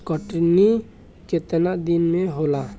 कटनी केतना दिन मे होला?